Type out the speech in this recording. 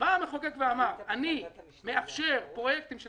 בא המחוקק ואמר: אני מאפשר בפרויקטים של